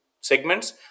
segments